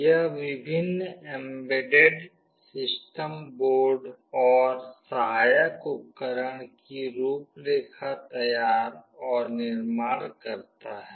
यह विभिन्न embedded system board और सहायक उपकरण की रूपरेखा तैयार और निर्माण करता है